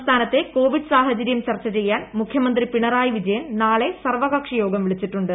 സംസ്ഥാനത്തെ കോവിഡ് സാഹചര്യം ചർച്ചചെയ്യാൻ മുഖ്യമന്ത്രി പിണറായി വിജയൻ നാളെ സർവകക്ഷി യോഗം വിളിച്ചിട്ടുണ്ട്